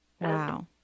Wow